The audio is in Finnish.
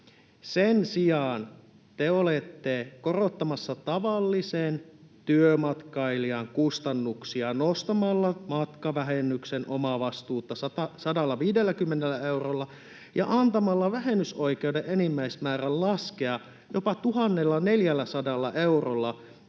Sen sijaan te olette korottamassa tavallisen työmatkailijan kustannuksia nostamalla matkavähennyksen omavastuuta 150 eurolla ja antamalla vähennysoikeuden enimmäismäärän laskea jopa 1 400 eurolla